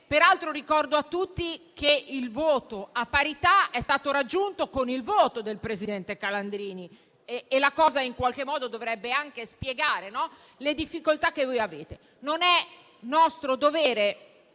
Peraltro ricordo a tutti che la parità è stata raggiunta con il voto del presidente Calandrini; questo in qualche modo dovrebbe spiegare le difficoltà che avete. Non è nostro dovere